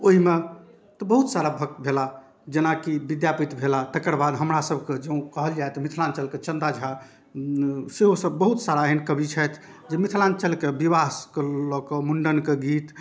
ओहिमे तऽ बहुत सारा भक्त भेलाह जेनाकि विद्यापति भेलाह तकर बाद हमरासबके जँ कहल जाए तऽ मिथिलाञ्चलके चन्दा झा सेहोसब बहुत सारा एहन कवि छथि जे मिथिलाञ्चलके विवाहसँ कऽ लऽ कऽ मुण्डनके गीत